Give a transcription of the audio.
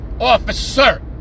officer